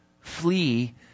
flee